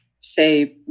say